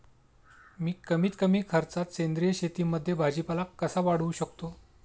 मी कमीत कमी खर्चात सेंद्रिय शेतीमध्ये भाजीपाला कसा वाढवू शकतो?